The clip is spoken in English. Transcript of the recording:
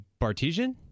Bartesian